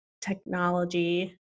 technology